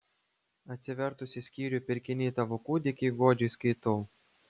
atsivertusi skyrių pirkiniai tavo kūdikiui godžiai skaitau